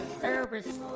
service